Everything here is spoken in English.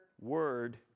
word